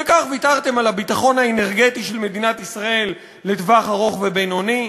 וכך ויתרתם על הביטחון האנרגטי של מדינת ישראל לטווח ארוך ובינוני,